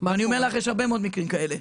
יש הרבה מאוד מקרים כאלה.